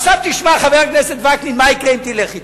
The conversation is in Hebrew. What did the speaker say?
עכשיו תשמע, חבר הכנסת וקנין, מה יקרה אם תלך אתו.